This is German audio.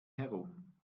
herum